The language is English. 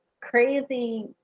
crazy